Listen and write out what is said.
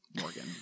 Morgan